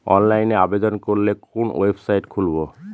অনলাইনে আবেদন করলে কোন ওয়েবসাইট খুলব?